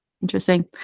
Interesting